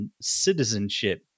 citizenship